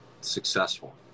successful